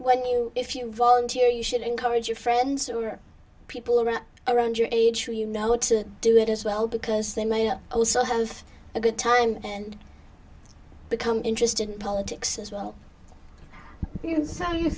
when you if you volunteer you should encourage your friends or people around around your age who you know to do it as well because they may also have a good time and become interested in politics as well